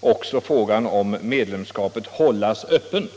också frågan om medlemskap borde hållas öppen.